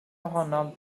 ohonom